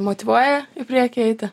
motyvuoja į priekį eiti